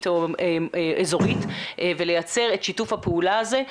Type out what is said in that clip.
או אזורית ולייצר את שיתוף הפעולה הזה,